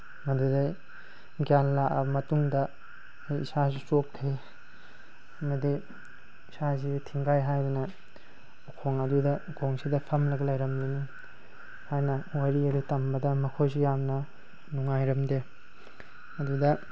ꯃꯗꯨꯗꯒꯤ ꯒ꯭ꯌꯥꯟ ꯂꯥꯛꯑꯕ ꯃꯇꯨꯡꯗ ꯑꯥ ꯏꯁꯥꯁꯨ ꯆꯣꯛꯊꯩ ꯑꯃꯗꯤ ꯏꯁꯥꯁꯤ ꯊꯤꯡꯒꯥꯏ ꯍꯥꯏꯗꯨꯅ ꯎꯈꯣꯡ ꯑꯗꯨꯗ ꯎꯈꯣꯡꯁꯤꯗ ꯐꯝꯂꯒ ꯂꯩꯔꯝꯃꯤꯅꯤ ꯍꯥꯏꯅ ꯋꯥꯔꯤ ꯑꯗꯨ ꯇꯝꯕꯗ ꯃꯈꯣꯏꯁꯨ ꯌꯥꯝꯅ ꯅꯨꯡꯉꯥꯏꯔꯝꯗꯦ ꯑꯗꯨꯗ